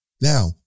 Now